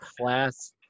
class